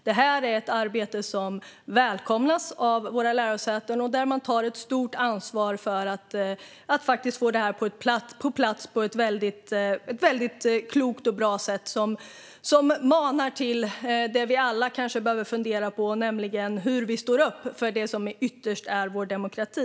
Detta är ett arbete som välkomnas av våra lärosäten, och man tar där ett stort ansvar för att få det på plats på ett klokt och bra sätt som manar till det som vi alla kanske behöver fundera på, nämligen hur vi står upp för det som ytterst är vår demokrati.